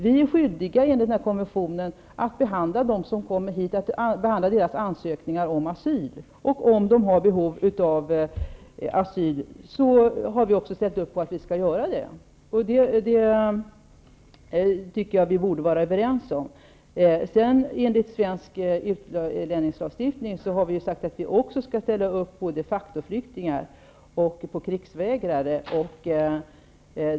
Vi är skyldiga, enligt konventionen, att behandla ansökningarna om asyl från dem som kommer hit. Om de har behov av asyl har vi också ställt upp på att vi skall ge dem det. Det tycker jag att vi borde vara överens om. Enligt svensk utlänningslag har vi sagt att vi också skall ställa upp för de facto-flyktingar och krigsvägrare.